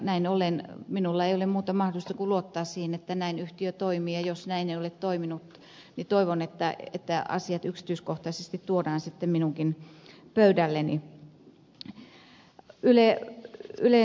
näin ollen minulla ei ole muuta mahdollisuutta kuin luottaa siihen että näin yhtiö toimii ja jos näin ei ole toiminut niin toivon että asiat yksityiskohtaisesti tuodaan sitten minunkin pöydälleni